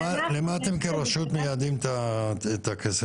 למה אתם כרשות מייעדים את הכסף?